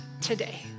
today